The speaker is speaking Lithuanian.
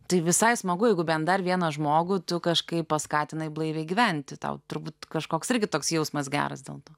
tai visai smagu jeigu bent dar vieną žmogų tu kažkaip paskatinai blaiviai gyventi tau turbūt kažkoks irgi toks jausmas geras dėl to